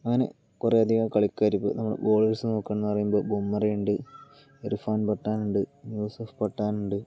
അങ്ങനെ കുറേ അധികം കളിക്കാര് ബൗളേഴ്സ് നോക്കുകയാണെന്ന് പറയുമ്പോൾ ഭുമ്രയുണ്ട് ഇർഫാൻ പത്താൻ ഉണ്ട് യൂസഫ് പത്താൻ ഉണ്ട്